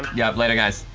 yeah later, guys.